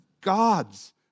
God's